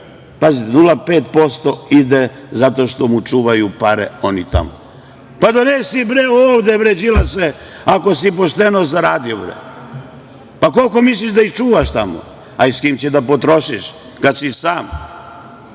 čak ide, 0,5% zato što mu čuvaju pare oni tamo. Pa, donesi bre, ovde, bre Đilase, ako si pošteno zaradio, bre. Koliko misliš da ih čuvaš tamo, a i s kim ćeš da potrošiš, kad si sam.